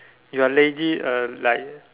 you are lazy uh like